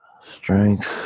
Strength